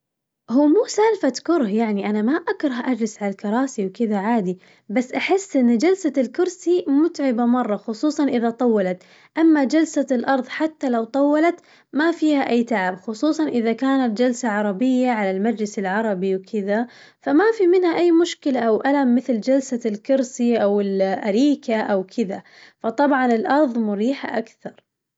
هو مو سالفة كره يعني أنا ما أكره أجلس على الكراسي وكذا عادي، بس أحس إن جلسة الكرسي متعبة مرة خصوصاً إذا طولت، أما جلسة الأرظ حتى لو طولت ما فيها أي تعب خصوصاً إذا كانت جلسة عربية على المجلس العربي وكذا فما في منها أي مشكلة أو ألم مثل جلسة الكرسي أو ال- الأريكة أو كذا، فطبعاً الأرظ مريحة أكثر.